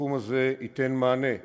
הסכום הזה ייתן מענה לצרכים,